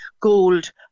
gold